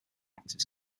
axes